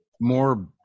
more